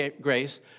grace